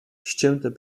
ścięte